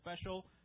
special